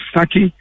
Saki